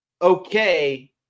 Okay